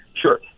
Sure